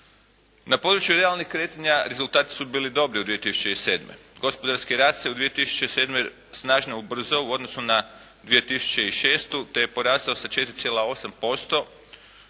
Na području realnih kretanja rezultati su bili dobri u 2007. Gospodarski rast se u 2007. snažno ubrzao u odnosu na 2006. te je porastao sa 4,8%